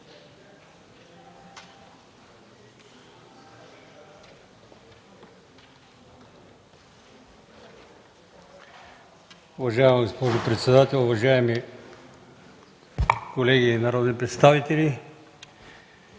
Уважаеми господин председател, уважаеми народни представители!